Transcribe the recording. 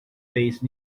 base